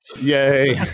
Yay